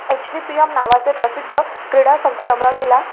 H V P M नावाचे प्रसिद्ध क्रिडासंकुल अमरावतीला